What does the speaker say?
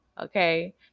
okay